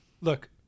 look